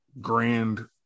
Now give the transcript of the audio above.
grand